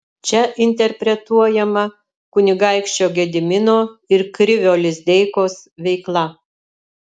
čia interpretuojama kunigaikščio gedimino ir krivio lizdeikos veikla